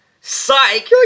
Psych